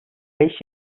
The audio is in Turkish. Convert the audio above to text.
beş